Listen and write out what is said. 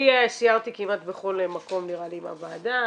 אני סיירתי כמעט בכל מקום בוועדה.